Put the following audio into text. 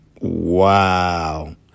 Wow